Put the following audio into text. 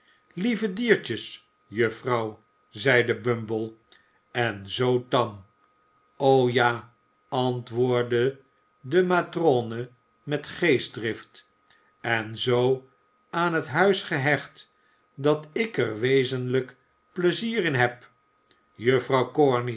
lieve diertjes juffrouw zeide bumble en zoo tam o ja antwoordde de matrone met geestdrift en zoo aan het huis gehecht dat ik er wezenlijk pleizier in heb